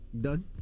Done